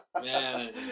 Man